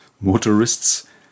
motorists